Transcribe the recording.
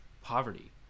poverty